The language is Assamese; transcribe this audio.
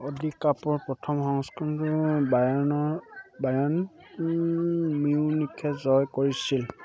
অডি কাপৰ প্ৰথম সংস্কৰণটো বায়াৰ্ণৰ বায়াৰ্ণ মিউনিখে জয় কৰিছিল